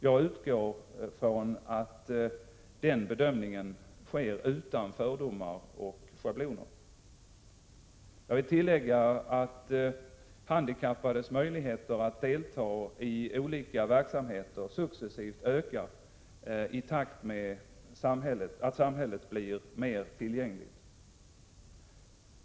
Jag utgår från att den bedömningen sker utan fördomar och schabloner. Jag vill tillägga att handikappades möjligheter att delta i olika verksamheter successivt ökar i takt med att samhället blir mer tillgängligt.